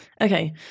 okay